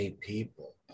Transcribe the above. people